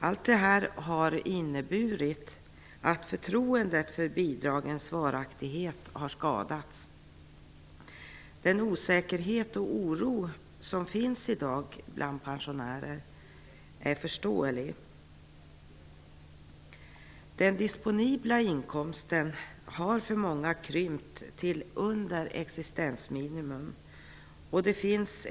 Allt detta har inneburit att förtroendet för bidragens varaktighet har skadats. Den osäkerhet och oro som finns i dag bland pensionärer är förståelig. Den disponibla inkomsten har för många krympt till under existensminimum.